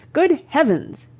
good heavens!